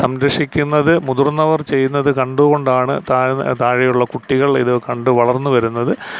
സംരക്ഷിക്കുന്നത് മുതിർന്നവർ ചെയ്യുന്നത് കണ്ടു കൊണ്ടാണ് താഴെ താഴെയുള്ള കുട്ടികൾ ഇതു കണ്ടു വളർന്നു വരുന്നത്